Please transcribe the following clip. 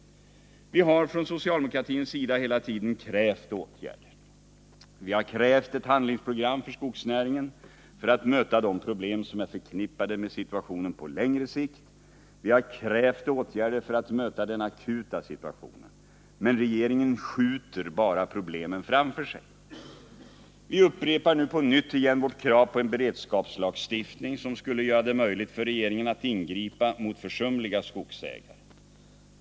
Vi har från socialdemokratins sida hela tiden krävt åtgärder. Vi har krävt ett handlingsprogram för skogsnäringen för att man skall kunna möta de problem som är förknippade med situationen på längre sikt. Vi har krävt åtgärder för att möta den akuta situationen. Men regeringen skjuter bara problemen framför sig. Vi upprepar nu på nytt vårt krav på en beredskapslagstiftning, som skulle göra det möjligt för regeringen att ingripa mot försumliga skogsägare.